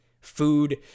food